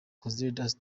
considered